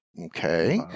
okay